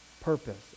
purpose